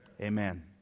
Amen